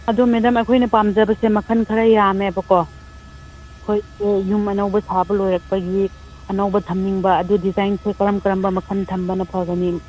ꯑꯗꯨ ꯃꯦꯗꯥꯝ ꯑꯩꯈꯣꯏꯅ ꯄꯥꯝꯖꯕꯁꯦ ꯃꯈꯜ ꯈꯔ ꯌꯥꯝꯃꯦꯕꯀꯣ ꯑꯩꯈꯣꯏꯁꯦ ꯌꯨꯝ ꯑꯅꯧꯕ ꯁꯥꯕ ꯂꯣꯏꯔꯛꯄꯒꯤ ꯑꯅꯧꯕ ꯊꯝꯅꯤꯡꯕ ꯑꯗꯨ ꯗꯤꯖꯥꯏꯟꯁꯦ ꯀꯔꯝ ꯀꯔꯝꯕ ꯃꯈꯜ ꯊꯝꯕꯅ ꯐꯒꯅꯤ